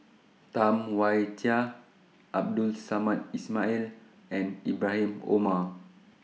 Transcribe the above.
Tam Wai Jia Abdul Samad Ismail and Ibrahim Omar